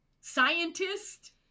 scientist